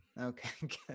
Okay